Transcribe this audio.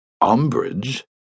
Umbrage